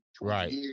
Right